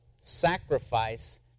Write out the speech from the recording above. sacrifice